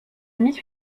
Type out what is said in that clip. miss